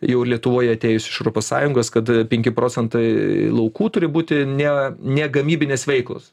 jau ir lietuvoje atėjusi iš europos sąjungos kad penki procentai laukų turi būti ne negamybinės veiklos